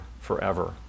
forever